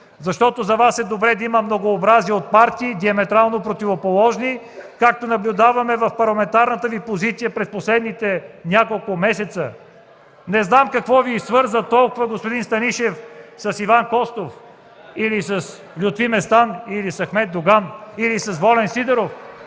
защото за Вас е добре да има многообразие от партии – диаметрално противоположни, както наблюдаваме в парламентарната Ви позиция през последните няколко месеца. (Реплики в КБ: „Довиждане, довиждане...”) Не знам какво Ви свързва толкова, господин Станишев, с Иван Костов, или с Лютви Местан, или с Ахмед Доган, или с Волен Сидеров.